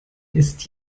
ist